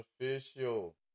official